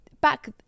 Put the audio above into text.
back